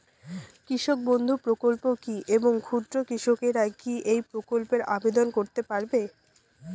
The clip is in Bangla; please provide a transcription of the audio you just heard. কৃষক বন্ধু প্রকল্প কী এবং ক্ষুদ্র কৃষকেরা কী এই প্রকল্পে আবেদন করতে পারবে?